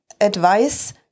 advice